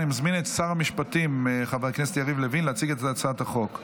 אני מזמין את שר המשפטים חבר הכנסת יריב לוין להציג את הצעת החוק.